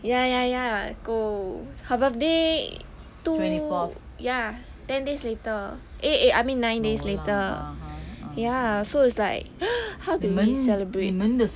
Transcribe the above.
ya ya ya 狗 her birthday two ya ten days later eh eh I mean nine days later ya so is like how do we celebrate